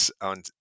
on